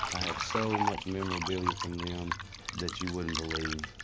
i have so much memorabilia from them that you wouldn't believe.